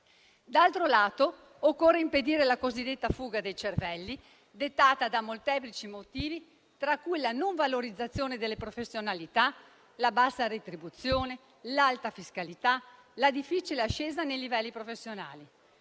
Dall'altro lato, occorre impedire la cosiddetta fuga dei cervelli, dettata da molteplici motivi, tra cui la non valorizzazione delle professionalità, la bassa retribuzione, l'alta fiscalità, la difficile ascesa nei livelli professionali.